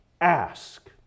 ask